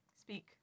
speak